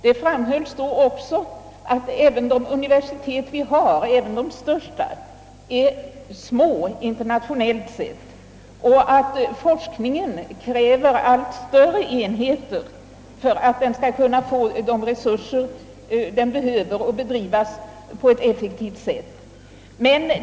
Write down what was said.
Det framhölls då att även våra största universitet är små, internationellt sett, och att forskningen kräver allt större enheter för att få de resurser den behöver och kunna bedrivas effektivt.